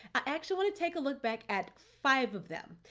i actually want to take a look back at five of them.